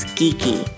geeky